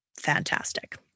fantastic